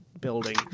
building